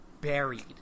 buried